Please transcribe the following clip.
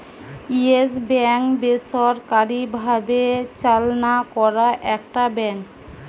yes Bank বেসরকারি ভাবে চালনা করা একটা ব্যাঙ্ক